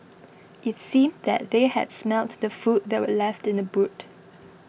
it seemed that they had smelt the food that were left in the boot